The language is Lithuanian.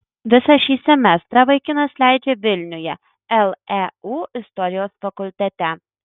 visą šį semestrą vaikinas leidžia vilniuje leu istorijos fakultete